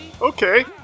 Okay